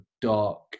dark